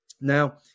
Now